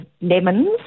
lemons